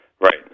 Right